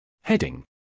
Heading